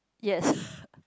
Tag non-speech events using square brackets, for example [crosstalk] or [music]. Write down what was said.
yes [laughs]